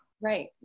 Right